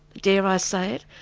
dare i say it,